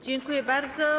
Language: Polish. Dziękuję bardzo.